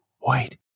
wait